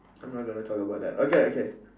I'm not gonna talk about that okay okay